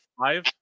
five